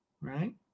right